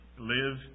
Live